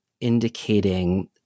indicating